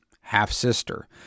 half-sister